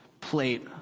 plate